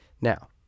Now